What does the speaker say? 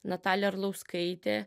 natalija arlauskaitė